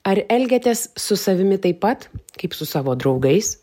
ar elgiatės su savimi taip pat kaip su savo draugais